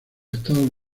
estados